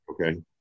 Okay